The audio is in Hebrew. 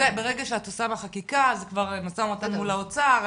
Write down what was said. ברגע שאת עושה בחקיקה אז זה כבר משא ומתן מול האוצר,